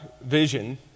vision